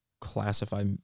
classify